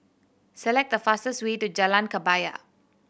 select the fastest way to Jalan Kebaya